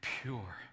pure